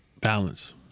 Balance